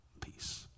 peace